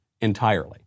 entirely